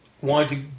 wanted